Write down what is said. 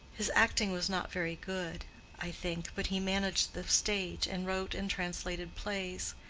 his acting was not very good i think, but he managed the stage, and wrote and translated plays.